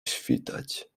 świtać